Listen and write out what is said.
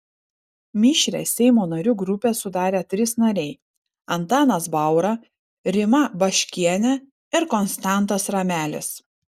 mišrią seimo narių grupę sudarė trys nariai antanas baura rima baškienė ir konstantas ramelis